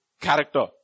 character